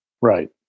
Right